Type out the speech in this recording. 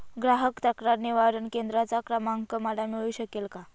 ग्राहक तक्रार निवारण केंद्राचा क्रमांक मला मिळू शकेल का?